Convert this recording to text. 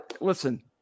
listen